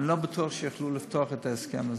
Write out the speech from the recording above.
אני לא בטוח שיוכלו לפתוח את ההסכם הזה,